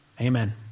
Amen